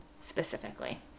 specifically